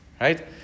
right